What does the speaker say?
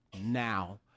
now